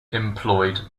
employed